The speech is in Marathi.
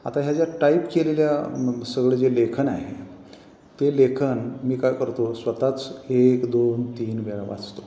आता ह्या ज्या टाईप केलेल्या सगळे जे लेखन आहे ते लेखन मी काय करतो स्वतःच एक दोन तीन वेळा वाचतो